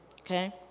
Okay